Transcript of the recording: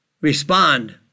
respond